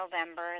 November